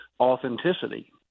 authenticity